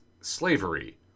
slavery